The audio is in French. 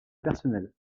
personnel